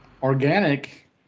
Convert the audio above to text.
Organic